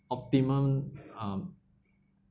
optimum um